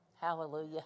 Hallelujah